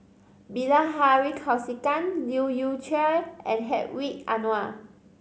Bilahari Kausikan Leu Yew Chye and Hedwig Anuar